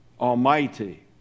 Almighty